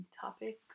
topic